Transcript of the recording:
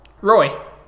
roy